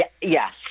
Yes